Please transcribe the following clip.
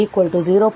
ಆದ್ದರಿಂದ ಅದು 0